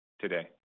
today